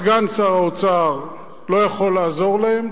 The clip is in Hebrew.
סגן שר האוצר לא יכול לעזור להם,